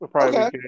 Okay